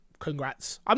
Congrats